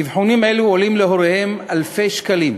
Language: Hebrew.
אבחונים אלה עולים להוריהם אלפי שקלים,